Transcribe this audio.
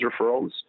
referrals